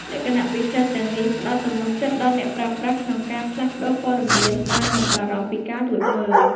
លក្ខណៈពិសេសទាំងនេះផ្តល់ទំនុកចិត្តដល់អ្នកប្រើប្រាស់ក្នុងការផ្លាស់ប្តូរព័ត៌មានដោយមិនបារម្ភពីការលួចមើល។